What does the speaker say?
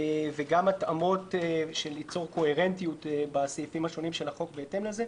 וגם התאמות של ליצור קוהרנטיות בסעיפים השונים של החוק בהתאם לזה.